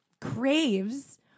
craves